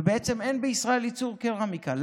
ובעצם אין בישראל ייצור קרמיקה.